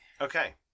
Okay